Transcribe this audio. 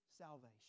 salvation